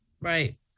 Right